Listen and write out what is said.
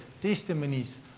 Testimonies